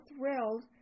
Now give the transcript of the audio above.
thrilled